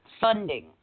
funding